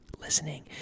listening